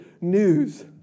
news